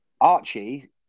Archie